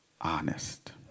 honest